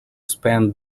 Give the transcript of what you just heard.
spend